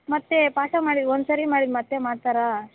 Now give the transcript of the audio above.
ಮತ್ತೆ ಪಾಠ ಮಾಡಿದ್ದು ಒಂದು ಸಾರಿ ಮಾಡಿದ್ದು ಮತ್ತೆ ಮಾಡ್ತಾರಾ